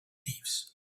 thieves